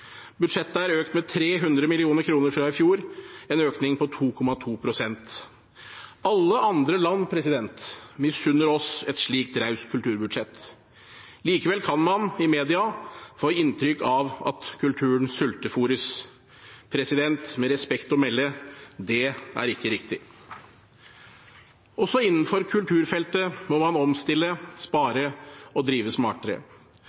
Budsjettet er økt med 300 mill. kr fra i fjor, en økning på 2,2 pst. Alle andre land misunner oss et slikt raust kulturbudsjett. Likevel kan man i mediene få inntrykk av at kulturen sultefôres. Med respekt å melde, det er ikke riktig. Også innenfor kulturfeltet må man omstille, spare og drive smartere.